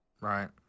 Right